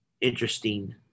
interesting